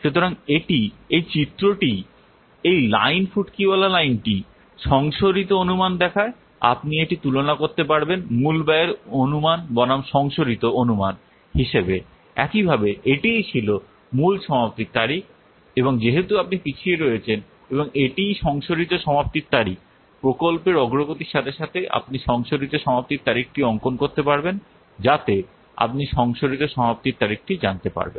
সুতরাং এটি এই চিত্রটিই এই লাইন ফুটকিওয়ালা লাইনটি সংশোধিত অনুমান দেখায় আপনি এটি তুলনা করতে পারবেন মূল ব্যয়ের অনুমান বনাম সংশোধিত অনুমান হিসাবে একইভাবে এটিই ছিল মূল সমাপ্তির তারিখ এবং যেহেতু আপনি পিছিয়ে রয়েছেন এবং এটিই সংশোধিত সমাপ্তির তারিখ প্রকল্পের অগ্রগতির সাথে সাথে আপনি সংশোধিত সমাপ্তির তারিখটি অঙ্কন করতে পারবেন যাতে আপনি সংশোধিত সমাপ্তির তারিখটি জানতে পারবেন